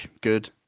good